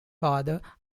father